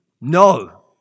No